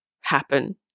happen